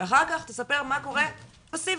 ואחר כך תספר מה קורה פאסיבית.